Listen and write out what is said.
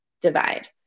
divide